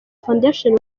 foundation